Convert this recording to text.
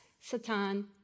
Satan